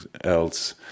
else